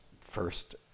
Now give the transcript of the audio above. first